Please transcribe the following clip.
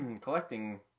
collecting